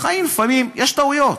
בחיים לפעמים יש טעויות.